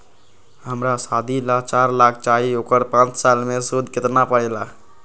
हमरा शादी ला चार लाख चाहि उकर पाँच साल मे सूद कितना परेला?